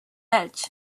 edge